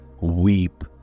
weep